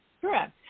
Correct